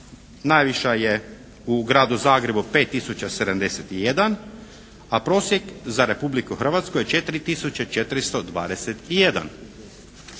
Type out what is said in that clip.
najviša je u Gradu Zagrebu 5071, a prosjek za Republiku Hrvatsku je 4421.